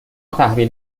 تحویل